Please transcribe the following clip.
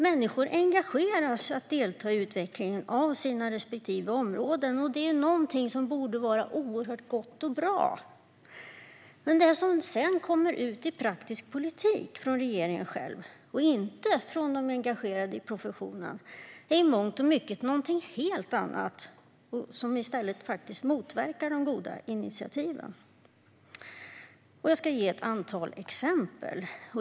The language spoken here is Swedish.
Människor engageras att delta i utvecklingen av sina respektive områden, och det är något som borde vara oerhört gott och bra. Men det som sedan kommer ut i praktisk politik - från regeringen själv, inte från de engagerade i professionen - är i mångt och mycket något helt annat, som i stället motverkar de goda initiativen. Jag ska ge ett antal exempel.